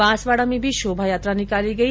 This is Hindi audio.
बांसवाड़ा में भी शोभायात्रा निकाली गई